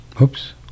oops